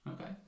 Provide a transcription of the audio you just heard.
Okay